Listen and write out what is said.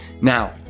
Now